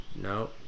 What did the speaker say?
No